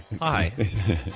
Hi